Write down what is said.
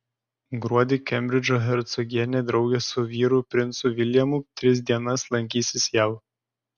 gruodį kembridžo hercogienė drauge su vyru princu viljamu tris dienas lankysis jav